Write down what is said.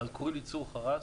קוראים לי צור חרס,